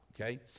Okay